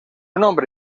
nombre